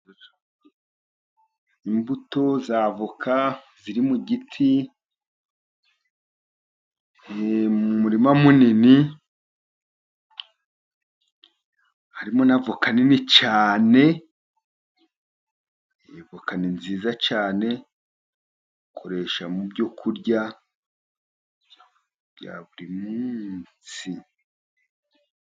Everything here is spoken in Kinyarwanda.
Imbuto za avoka ziri mu giti, mu murima munini, harimo na avoka nini cyane, avoka ni nziza cyane, bayikoresha mubyo kurya bya buri munsi.